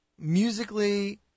musically